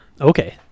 Okay